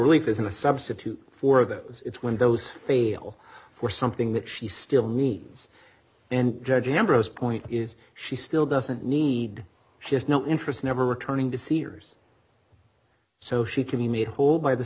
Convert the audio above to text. relief isn't a substitute for that it's when those fail for something that she still needs and judging ambrose point is she still doesn't need she has no interest never returning to seniors so she can be made whole by the